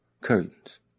curtains